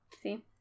See